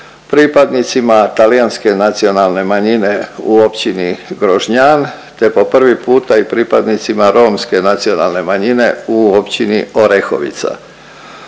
pripadnicima Talijanske nacionalne manjine u Općini Grožnjan, te po prvi puta i pripadnicima Romske nacionalne manjine u Općini Orehovica.